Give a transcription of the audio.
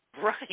Right